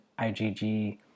IgG